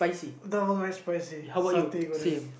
that one very spicy satay Goreng